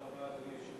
אדוני היושב-ראש,